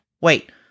wait